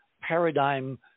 paradigm